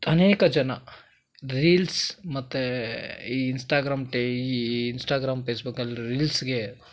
ಅನೇಕ ಜನ ರೀಲ್ಸ್ ಮತ್ತು ಈ ಇನ್ಸ್ಟಾಗ್ರಾಮ್ ಟೇ ಈ ಇನ್ಸ್ಟಾಗ್ರಾಮ್ ಪೇಸ್ಬುಕಲ್ಲಿ ರೀಲ್ಸ್ಗೆ